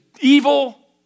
evil